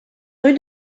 rue